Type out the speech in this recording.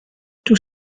tous